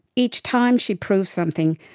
each time she proved something,